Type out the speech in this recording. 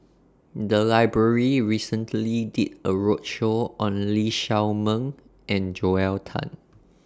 The Library recently did A roadshow on Lee Shao Meng and Joel Tan